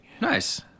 Nice